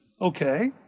Okay